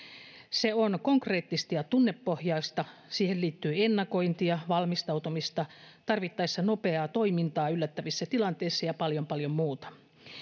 se on konkreettista ja tunnepohjaista siihen liittyy ennakointia valmistautumista tarvittaessa nopeaa toimintaa yllättävissä tilanteissa ja paljon paljon muuta